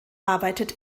arbeitet